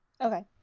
Okay